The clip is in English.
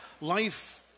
life